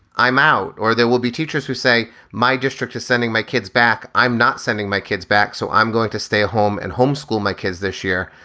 i'm out or there will be teachers who say my district is sending my kids back. i'm not sending my kids back. so i'm going to stay home and homeschool my kids this year.